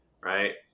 Right